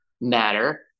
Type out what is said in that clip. matter